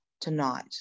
tonight